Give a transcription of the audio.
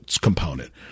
component